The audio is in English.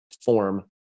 form